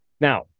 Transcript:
Now